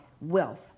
wealth